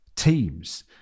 teams